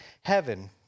heaven